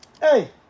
Hey